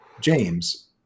James